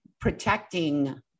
protecting